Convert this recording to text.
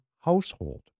household